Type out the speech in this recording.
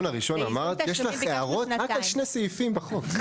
הראשון אמרת שיש לך הערות רק על שני סעיפים בחוק.